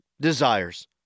desires